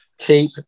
cheap